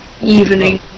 evening